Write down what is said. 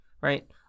Right